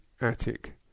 attic